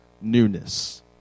newness